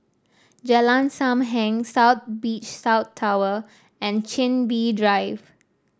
Jalan Sam Heng South Beach South Tower and Chin Bee Drive